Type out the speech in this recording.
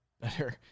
better